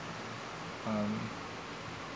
um